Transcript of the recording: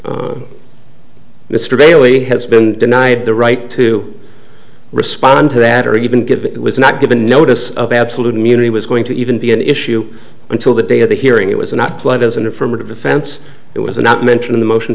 has been denied the right to respond to that or even give it was not given notice of absolute immunity was going to even be an issue until the day of the hearing it was not played as an affirmative defense it was not mentioned in the motion